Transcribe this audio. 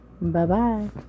bye-bye